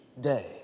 day